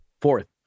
Fourth